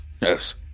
Yes